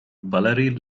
valerie